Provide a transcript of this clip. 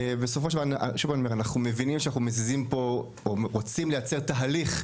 בסופו של דבר אנחנו מבינים שאנחנו רוצים לייצר פה תהליך,